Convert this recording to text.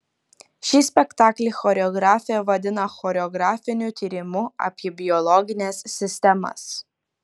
šį spektaklį choreografė vadina choreografiniu tyrimu apie biologines sistemas